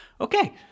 Okay